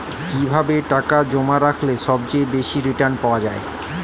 কিভাবে টাকা জমা রাখলে সবচেয়ে বেশি রির্টান পাওয়া য়ায়?